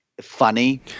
funny